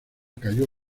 cayó